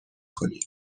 کنیم